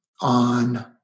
on